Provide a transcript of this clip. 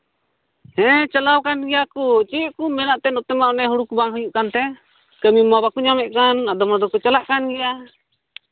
ᱦᱮᱸ ᱪᱟᱞᱟᱣ ᱠᱟᱱ ᱜᱮᱭᱟ ᱠᱚ ᱪᱮᱫ ᱠᱚ ᱢᱮᱱᱟᱜ ᱛᱮ ᱱᱚᱛᱮ ᱢᱟ ᱦᱩᱲᱩ ᱠᱚ ᱵᱟᱝ ᱦᱩᱭᱩᱜ ᱠᱟᱱ ᱛᱮ ᱠᱟᱹᱢᱤ ᱢᱟ ᱵᱟᱠᱚ ᱵᱟᱠᱚ ᱧᱟᱢᱮᱫ ᱠᱟᱱ ᱟᱫᱚᱢ ᱦᱚᱲ ᱫᱚᱠᱚ ᱪᱟᱞᱟᱜ ᱠᱟᱱ ᱜᱮᱭᱟ